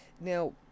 Now